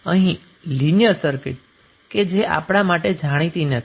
અહીં linear circuit કે જે આપણા માટે જાણીતી નથી